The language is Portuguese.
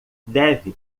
deve